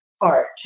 art